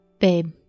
Babe